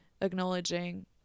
acknowledging